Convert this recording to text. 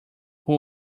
who